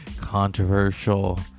controversial